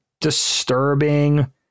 disturbing